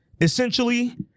essentially